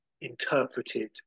interpreted